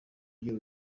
ugira